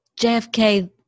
JFK